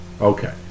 Okay